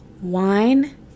Wine